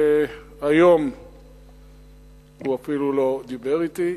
היום הוא אפילו לא דיבר אתי,